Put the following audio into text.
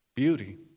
beauty